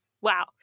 Wow